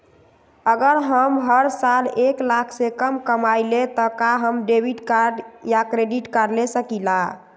अगर हम हर साल एक लाख से कम कमावईले त का हम डेबिट कार्ड या क्रेडिट कार्ड ले सकीला?